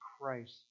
Christ